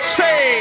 Stay